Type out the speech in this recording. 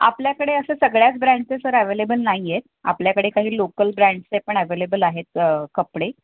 आपल्याकडे असं सगळ्याच ब्रँडचे सर ॲवेलेबल नाही आहेत आपल्याकडे काही लोकल ब्रँडसचे पण ॲवेलेबल आहेत कपडे